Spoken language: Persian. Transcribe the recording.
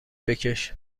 بکش